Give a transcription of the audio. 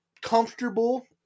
comfortable